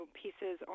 pieces